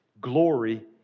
glory